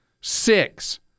six